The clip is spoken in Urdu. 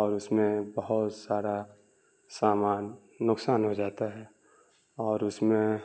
اور اس میں بہت سارا سامان نقصان ہو جاتا ہے اور اس میں